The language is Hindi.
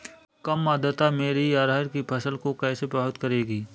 कम आर्द्रता मेरी अरहर की फसल को कैसे प्रभावित करेगी?